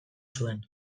zuen